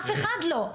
אף אחד לא,